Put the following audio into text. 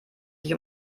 sich